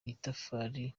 itafari